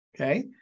Okay